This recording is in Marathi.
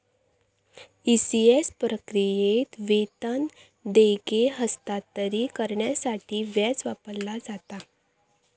ई.सी.एस प्रक्रियेत, वेतन देयके हस्तांतरित करण्यासाठी व्याज वापरला जाता